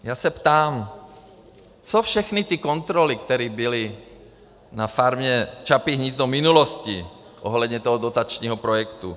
Já se ptám: Co všechny ty kontroly, které byly na Farmě Čapí hnízdo v minulosti ohledně dotačního projektu?